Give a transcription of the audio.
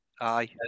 aye